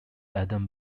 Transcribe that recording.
adam